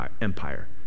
Empire